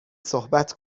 صحبت